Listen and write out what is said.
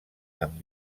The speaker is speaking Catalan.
amb